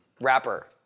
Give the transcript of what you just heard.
rapper